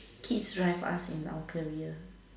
kids drive us in our career